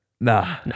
Nah